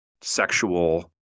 sexual